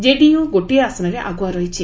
କେଡିୟୁ ଗୋଟିଏ ଆସନରେ ଆଗୁଆ ରହିଛି